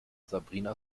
sabrina